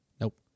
Nope